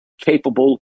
capable